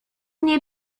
niej